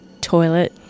toilet